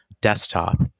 desktop